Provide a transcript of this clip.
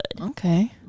Okay